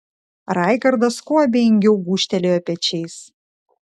raigardas kuo abejingiau gūžtelėjo pečiais